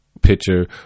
picture